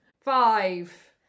Five